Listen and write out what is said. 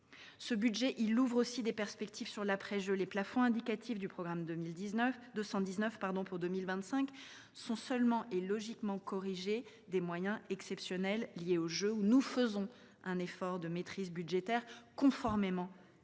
ce budget ouvre déjà des perspectives sur l’après Jeux. Les plafonds indicatifs du programme 219 pour 2025 sont seulement et logiquement corrigés des moyens exceptionnels liés aux Jeux, pour lesquels nous nous employons à un effort de maîtrise budgétaire, conformément à nos